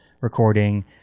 recording